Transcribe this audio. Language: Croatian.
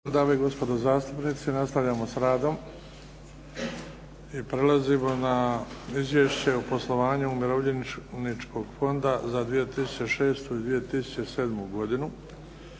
dame i gospodo zastupnici, nastavljamo sa radom i prelazimo: - Izvješće o poslovanju umirovljeničkog Fonda za 2006. i 2007. godinu